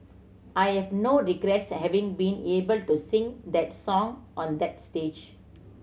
I have no regrets having been able to sing that song on that stage